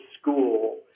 school